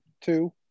two